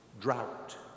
drought